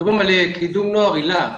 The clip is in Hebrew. מדברים על קידום נוער היל"ה,